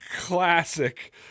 Classic